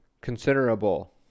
considerable